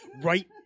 right